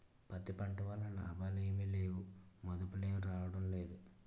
పత్తి పంట వల్ల లాభాలేమి లేవుమదుపులే రాడంలేదు